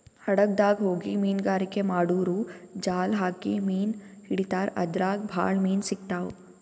ಹಡಗ್ದಾಗ್ ಹೋಗಿ ಮೀನ್ಗಾರಿಕೆ ಮಾಡೂರು ಜಾಲ್ ಹಾಕಿ ಮೀನ್ ಹಿಡಿತಾರ್ ಅದ್ರಾಗ್ ಭಾಳ್ ಮೀನ್ ಸಿಗ್ತಾವ್